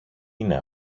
είναι